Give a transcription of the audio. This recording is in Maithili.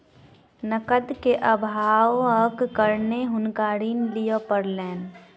नकद के अभावक कारणेँ हुनका ऋण लिअ पड़लैन